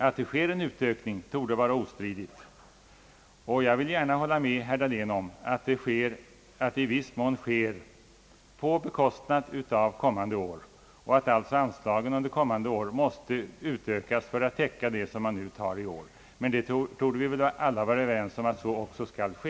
Att det sker en utökning torde vara ostridigt men jag vill gärna hålla med herr Dahlén om att denna i viss mån sker på bekostnad av kommande år på så sätt att anslaget under kommande år måste utökas för att täcka det som man nu disponerar redan i år. Men vi torde väl alla vara överens om att en sådan ökning också skall ske.